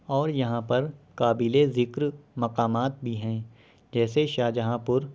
اور یہاں پر قابل ذکر مقامات بھی ہیں جیسے شاہ جہاں پور